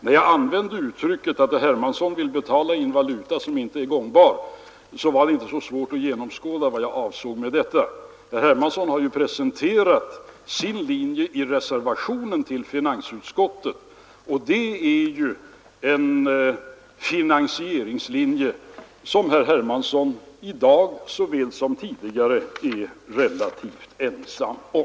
När jag använde uttrycket att herr Hermansson vill betala i en valuta som inte är gångbar var det inte så svårt att genomskåda vad jag avsåg med det. Herr Hermansson har ju presenterat sin linje i reservationen till finansutskottets betänkande, och det är en finansieringslinje som herr Hermansson i dag lika väl som tidigare är relativt ensam om.